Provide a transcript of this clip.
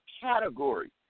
category